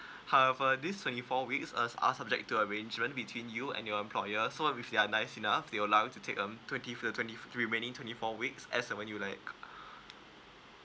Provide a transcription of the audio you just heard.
however this twenty four weeks us are subject to arrangement between you and your employer so if their nice enough they will allow you um twenty the remaining twenty four weeks as when you like